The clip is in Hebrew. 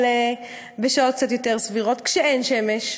אבל בשעות קצת יותר סבירות כשאין שמש,